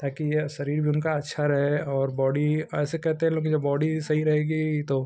ताकी यह शरीर भी उनका अच्छा रहे और बॉडी ऐसे कहते हैं लोग जो बॉडी सही रहेगी तो